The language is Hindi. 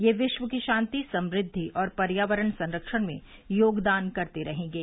ये विश्व की शांति समृद्धि और पर्यावरण संरक्षण में योगदान करते रहेंगे